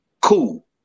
Cool